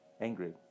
angry